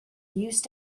used